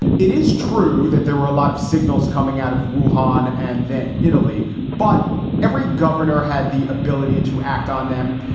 it is true that there were a lot of signals coming out of rouhani and then italy, but every governor had the ability to act on them.